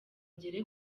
agere